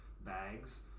bags